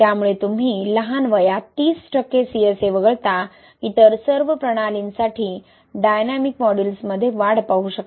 त्यामुळे तुम्ही लहान वयात 30 टक्के CSA वगळता इतर सर्व प्रणालींसाठी डायनॅमिक मॉड्यूलसमध्ये वाढ पाहू शकता